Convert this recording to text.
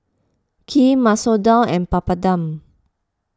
Kheer Masoor Dal and Papadum